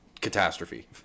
catastrophe